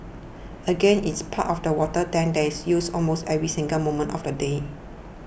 again it's part of the water tank that is used almost every single moment of the day